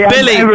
Billy